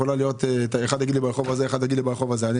אחד יגיד לי שהיא יכולה להיות ברחוב הזה ואחד יגיד לי ברחוב ההוא.